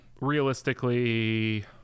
realistically